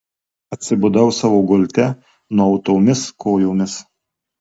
atsibudau savo gulte nuautomis kojomis